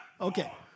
Okay